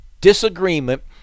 disagreement